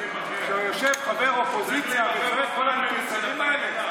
יושב חבר אופוזיציה וצועק "כל המטומטמים האלה".